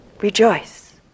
Rejoice